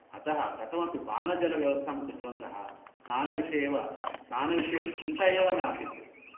अतः कथम् अपि पानजलव्यवस्थां कृतवन्तः स्नानविषये एव स्नानविषये तु चिन्ता एव नासीत्